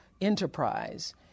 enterprise